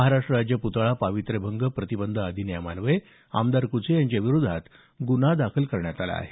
महाराष्ट्र राज्य पुतळा पावित्यभंग प्रतिबंध अधिनियमान्वये आमदार कुचे यांच्याविरोधात गुन्हा दाखल करण्यात आला आहे